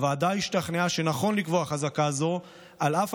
הוועדה השתכנעה שנכון לקבוע חזקה זו על אף